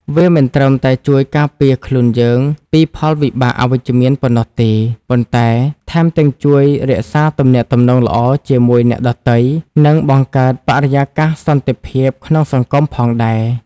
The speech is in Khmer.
វាមិនត្រឹមតែជួយការពារខ្លួនយើងពីផលវិបាកអវិជ្ជមានប៉ុណ្ណោះទេ ប៉ុន្តែថែមទាំងជួយរក្សាទំនាក់ទំនងល្អជាមួយអ្នកដទៃ និងបង្កើតបរិយាកាសសន្តិភាពក្នុងសង្គមផងដែរ។